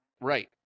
right